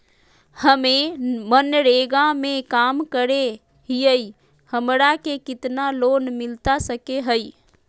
हमे मनरेगा में काम करे हियई, हमरा के कितना लोन मिलता सके हई?